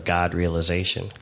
God-realization